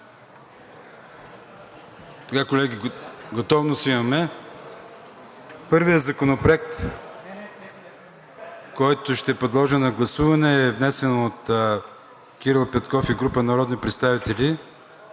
към гласуване. Първият законопроект, който ще подложа на гласуване, е внесен от Кирил Петков и група народни представители